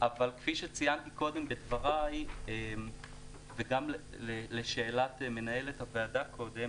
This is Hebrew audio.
אבל כפי שציינתי קודם בדבריי וגם לשאלת מנהלת הוועדה קודם